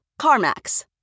CarMax